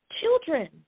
children